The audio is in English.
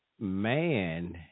man